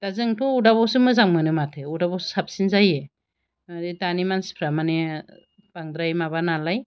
दा जोंथ' अरदाबावसो मोजां मोनो माथो अरदाबावसो साबसिन जायो ओरै दानि मानसिफोरा माने बांद्राय माबा नालाय